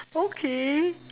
okay